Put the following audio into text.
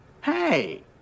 Hey